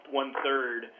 one-third